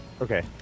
Okay